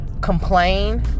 complain